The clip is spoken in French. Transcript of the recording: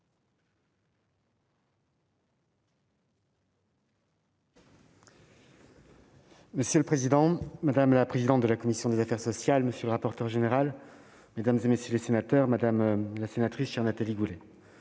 Monsieur le président, madame la présidente de la commission des affaires sociales, monsieur le rapporteur général, mesdames, messieurs les sénateurs, madame la sénatrice Nathalie Goulet,